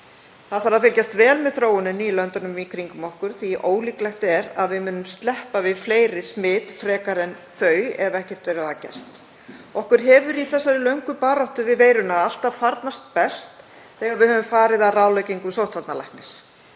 Það þarf að fylgjast vel með þróuninni í löndunum í kringum okkur því að ólíklegt er að við munum sleppa við fleiri smit frekar en þau ef ekkert verður að gert. Okkur hefur í þessari löngu baráttu við veiruna alltaf farnast best þegar við höfum farið að ráðleggingum sóttvarnalæknis.